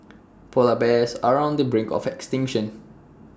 Polar Bears are on the brink of extinction